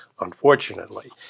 unfortunately